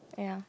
ya